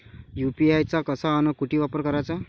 UPI चा कसा अन कुटी वापर कराचा?